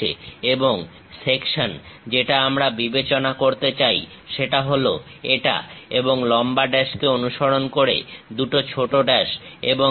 এবং সেকশন যেটা আমরা বিবেচনা করতে চাই সেটা হলো এটা এবং লম্বা ড্যাশকে অনুসরণ করে দুটো ছোট ড্যাশ এবং এই রকম